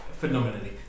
phenomenally